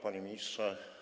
Panie Ministrze!